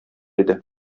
иде